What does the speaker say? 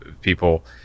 people